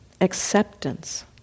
Acceptance